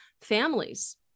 families